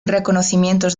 reconocimientos